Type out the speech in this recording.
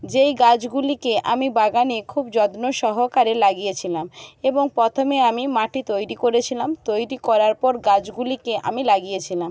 যেই গাছগুলিকে আমি বাগানে খুব যত্ন সহকারে লাগিয়েছিলাম এবং প্রথমে আমি মাটি তৈরি করেছিলাম তৈরি করার পর গাছগুলিকে আমি লাগিয়েছিলাম